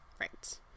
right